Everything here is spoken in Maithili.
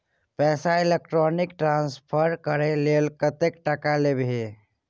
पैसा इलेक्ट्रॉनिक ट्रांसफर करय लेल कतेक टका लेबही